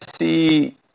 see